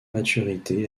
maturité